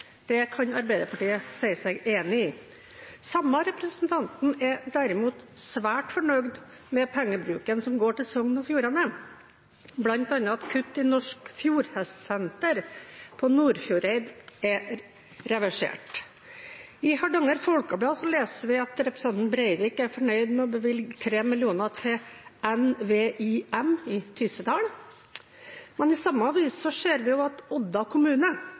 Det kan Arbeiderpartiet si seg enig i. Den samme representanten er derimot svært fornøyd med pengebruken som går til Sogn og Fjordane, bl.a. at kuttet i Norsk Fjordhestsenter på Nordfjordeid er reversert. I Hardanger Folkeblad leser vi at representanten Breivik er fornøyd med å bevilge 3 mill. kr til NVIM i Tyssedal. Men i samme avis ser vi at Odda kommune